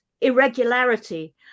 irregularity